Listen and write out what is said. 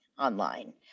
online